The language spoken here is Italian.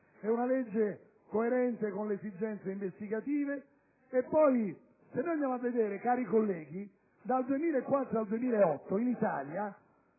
È una legge coerente con le esigenze investigative. Poi, se andiamo a vedere, cari colleghi, dal 2004 al 2008 in Italia